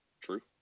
true